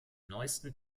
neuesten